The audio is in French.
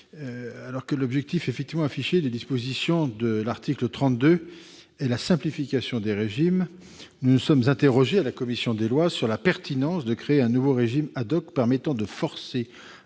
Alors que l'objectif affiché des dispositions de l'article 32 est la simplification des régimes, nous nous sommes interrogés sur la pertinence de créer un nouveau régime permettant de forcer